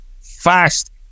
fast